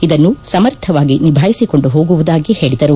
ಇದನ್ನು ಸಮರ್ಥವಾಗಿ ನಿಭಾಯಿಸಿಕೊಂಡು ಹೋಗುವುದಾಗಿ ಹೇಳಿದರು